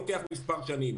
לוקח כמה שנים.